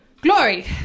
Glory